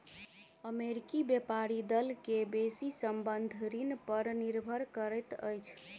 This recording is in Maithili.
अमेरिकी व्यापारी दल के बेसी संबंद्ध ऋण पर निर्भर करैत अछि